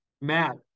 Matt